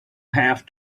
have